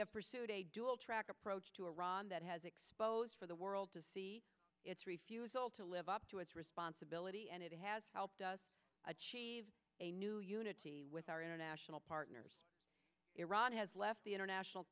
have track approach to iran that has exposed for the world to see its refusal to live up to its responsibility and it has helped us achieve a new unity with our international partners iran has left the international